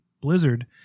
Blizzard